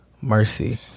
mercy